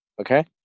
Okay